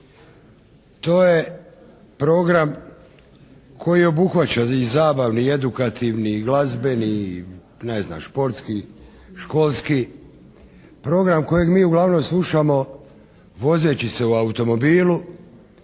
To je program koji obuhvaća i zabavni, i edukativni i glazbeni i, ne znam, športski, školski program kojeg mi uglavnom slušamo vozeći se u automobilu